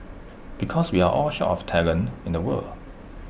because we are all short of talent in the world